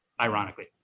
ironically